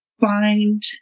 find